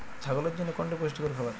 ছাগলের জন্য কোনটি পুষ্টিকর খাবার?